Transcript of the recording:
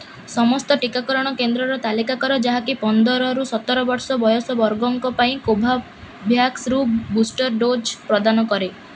ସମସ୍ତ ଟିକାକରଣ କେନ୍ଦ୍ରର ତାଲିକା କର ଯାହାକି ପନ୍ଦରରୁ ସତର ବର୍ଷ ବୟସ ବର୍ଗଙ୍କ ପାଇଁ କୋଭୋଭ୍ୟାକ୍ସରୁ ବୁଷ୍ଟର୍ ଡୋଜ୍ ପ୍ରଦାନ କରେ